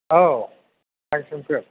औ आं सोमखोर